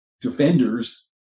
defenders